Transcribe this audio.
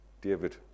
David